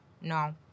no